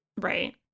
Right